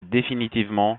définitivement